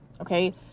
okay